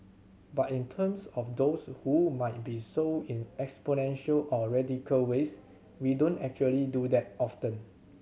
but in terms of those who might be so in exponential or radical ways we don't actually do that often